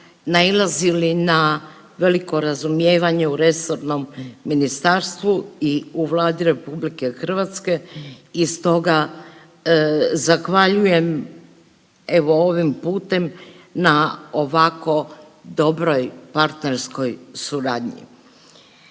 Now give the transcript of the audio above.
nailazili na veliko razumijevanje u resornom ministarstvu i u Vladi RH i stoga zahvaljujem evo ovim putem na ovako dobroj partnerskoj suradnji.